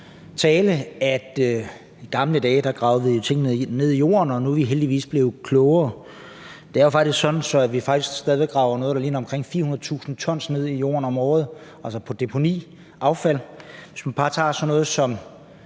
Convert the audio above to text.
at vi i gamle dage gravede tingene ned jorden, men at vi nu heldigvis er blevet klogere. Det er jo faktisk sådan, at vi stadig graver noget, der ligner 400.000 t affald ned i jorden som deponi om året. Hvis man bare tager sådan noget som